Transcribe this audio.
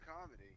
comedy